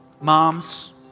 Moms